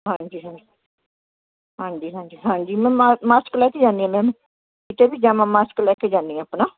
ਹਾਂਜੀ ਹਾਂਜੀ ਹਾਂਜੀ ਹਾਂਜੀ ਹਾਂਜੀ ਮੈਂ ਮਾਸਕ ਲੈ ਕੇ ਜਾਂਦੀ ਹਾਂ ਮੈਮ ਕਿਤੇ ਵੀ ਜਾਵਾਂ ਮਾਸਕ ਲੈ ਕੇ ਜਾਂਦੀ ਹਾਂ ਆਪਣਾ